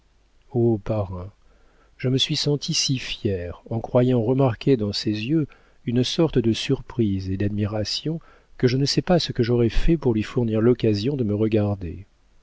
parrain je me suis sentie si fière en croyant remarquer dans ses yeux une sorte de surprise et d'admiration que je ne sais pas ce que j'aurais fait pour lui fournir l'occasion de me regarder